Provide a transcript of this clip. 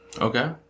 Okay